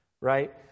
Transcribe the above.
right